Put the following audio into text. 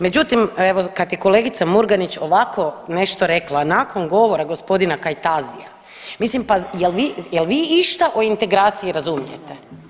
Međutim evo kad je kolegica Murganić ovako nešto rekla nakon govora gospodina Kajtazija, mislim pa je vi, jel vi išta o integraciji razumijete.